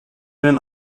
den